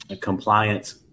compliance